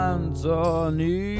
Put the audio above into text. Anthony